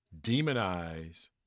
demonize